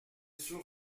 sur